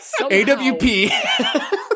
AWP